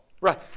Right